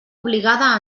obligada